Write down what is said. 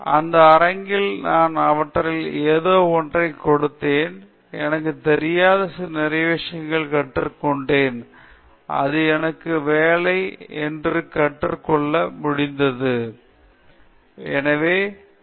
எனவே அந்த அரங்கில் நான் அவர்களுக்கு ஏதோ ஒன்றைக் கொடுத்தேன் எனக்குத் தெரியாத நிறைய விஷயங்களைக் கற்றுக் கொண்டேன் அது எனக்கு வேலை என்று நான் கற்றுக் கொண்டேன் ஆனால் என் விஷயத்தில் எந்த ஒரு சூழ்நிலையையும் ஏற்படுத்தவில்லை